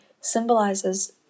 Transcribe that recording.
symbolizes